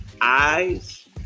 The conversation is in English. eyes